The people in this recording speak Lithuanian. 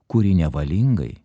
kuri nevalingai